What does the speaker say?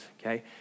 okay